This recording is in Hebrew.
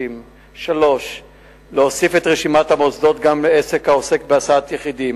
3. להוסיף על רשימת המוסדות גם עסק העוסק בהסעת יחידים,